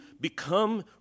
become